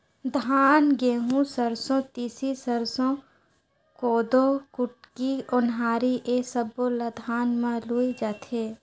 धान, गहूँ, सरसो, तिसी, सरसो, कोदो, कुटकी, ओन्हारी ए सब्बो ल धान म लूए जाथे